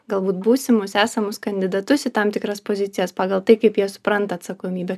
galbūt būsimus esamus kandidatus į tam tikras pozicijas pagal tai kaip jie supranta atsakomybę